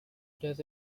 does